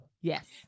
Yes